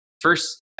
First